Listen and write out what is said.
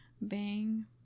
Bang